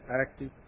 active